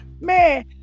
Man